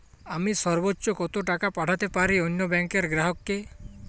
আমি সর্বোচ্চ কতো টাকা পাঠাতে পারি অন্য ব্যাংক র গ্রাহক কে?